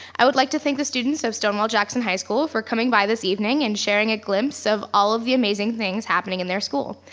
i would like to thank the students of stonewall jackson high school for coming by this evening and sharing a glimpse of all the amazing things happening in their school.